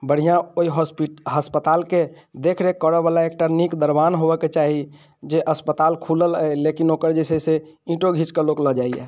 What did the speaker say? बढ़िआँ ओहि होस्पिटल अस्पतालके देख रेख करऽ बला एकटा नीक दरबान होबऽके चाही जे अस्पताल खुलल अइ लेकिन ओकर जे छै से इँटो घींँचके लोक लऽ जाइया